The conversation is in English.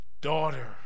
daughter